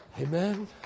Amen